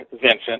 Vincent